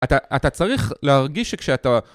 אתה צריך להרגיש שכשאתה...